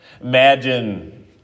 Imagine